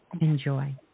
Enjoy